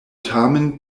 tamen